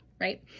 right